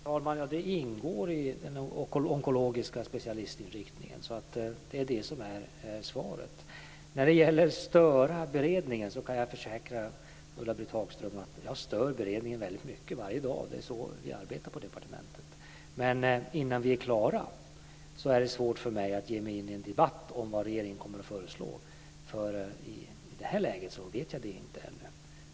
Fru talman! Den ingår i den onkologiska specialistinriktningen. Det är svaret. När det gäller att störa beredningen kan jag försäkra Ulla-Britt Hagström att jag stör beredningen väldigt mycket varje dag. Det är så vi arbetar på departementet. Men innan vi är klara är det svårt för mig att ge mig in i en debatt om vad regeringen kommer att föreslå. I det här läget vet jag ännu inte det.